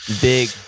Big